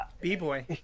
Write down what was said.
B-boy